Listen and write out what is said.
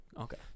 okay